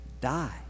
Die